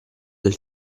del